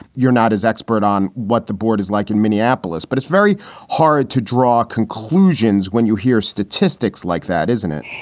you're not as expert on what the board is like in minneapolis. but it's very hard to draw conclusions when you hear statistics like that, isn't it?